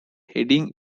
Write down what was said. heading